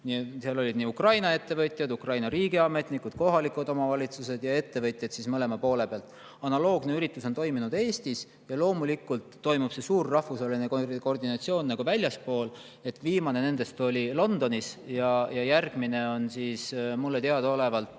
Seal olid Ukraina ettevõtjad, Ukraina riigiametnikud, kohalikud omavalitsused ja ettevõtjad mõlema poole pealt. Analoogne üritus on toimunud Eestis ja loomulikult toimub see suur rahvusvaheline koordinatsioon ka väljaspool. Viimane nendest oli Londonis ja järgmine on mulle teadaolevalt